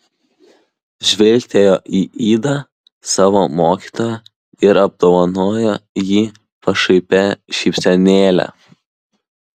žvilgtelėjo į idą savo mokytoją ir apdovanojo jį pašaipia šypsenėle